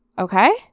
okay